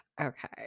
Okay